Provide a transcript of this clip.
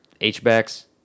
H-backs